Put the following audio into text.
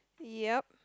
yup